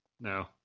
No